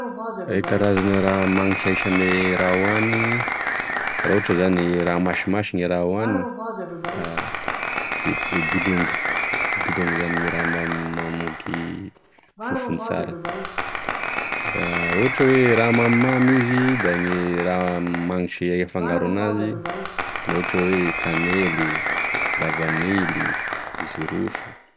E karazagne raha magnitry ahisy ame raha hoany raha ohatry zany raha masimasy gne raha hoany da e dolongo dolongo zany gne raha mamoaky fofony sara da ohatry oe raha mamimamy izy da gne raha magnitry afangaro anazy da ohatry oe kanely, lavanily, jirofo.